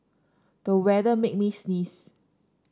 the weather made me sneeze